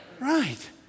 Right